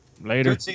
Later